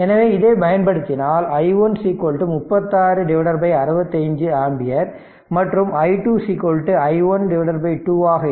எனவே இதை பயன்படுத்தினால் i1 36 65 ஆம்பியர் மற்றும் i2 i1 by 2 ஆக